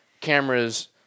cameras